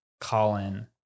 Colin